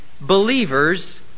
Believers